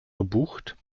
gebucht